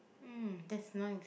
um that's nice